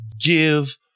give